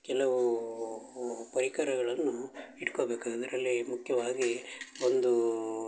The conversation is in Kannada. ಕೆಲವೂ ಪರಿಕರಗಳನ್ನು ಇಟ್ಕೊಬೇಕು ಅದರಲ್ಲಿ ಮುಖ್ಯವಾಗಿ ಒಂದು